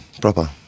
Proper